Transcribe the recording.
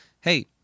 hey